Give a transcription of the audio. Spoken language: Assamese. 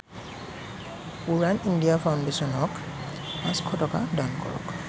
উড়ান ইণ্ডিয়া ফাউণ্ডেশ্যনক পাঁচশ টকা দান কৰক